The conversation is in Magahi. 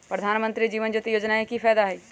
प्रधानमंत्री जीवन ज्योति योजना के की फायदा हई?